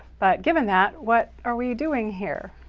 but given that, what are we doing here,